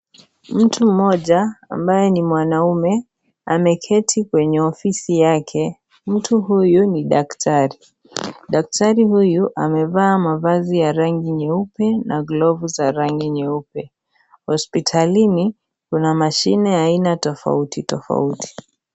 Mtu mmoja ambaye ni mwanamme ameketi kwenye ofisi yake, mtu huyu ni daktari, daktari huyu amevaa mavazi ya rangi nyeupe na glovu za rangi nyeupe, hospitalini kuna mashine ya aina tofauti tofauti.